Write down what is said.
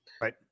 Right